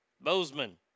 Bozeman